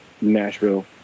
Nashville